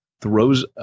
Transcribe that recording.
throws